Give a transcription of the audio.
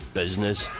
business